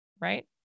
right